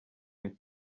can